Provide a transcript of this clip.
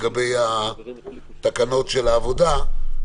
לגבי התקנות של העבודה.